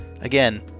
again